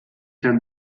herrn